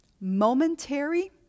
momentary